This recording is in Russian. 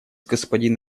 господин